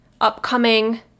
upcoming